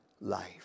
life